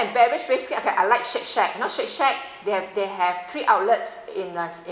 beverage basically okay I like shake shack you know shake shack they have they have three outlets in uh in